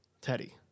Teddy